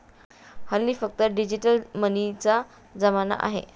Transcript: हल्ली फक्त डिजिटल मनीचा जमाना आहे